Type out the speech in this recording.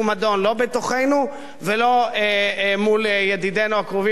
לא בתוכנו ולא מול ידידינו הקרובים ביותר.